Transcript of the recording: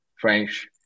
French